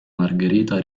margherita